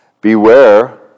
Beware